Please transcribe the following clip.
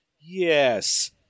yes